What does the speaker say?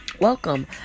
welcome